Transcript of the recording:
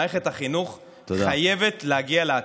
מערכת החינוך חייבת להגיע לעתיד.